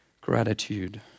Gratitude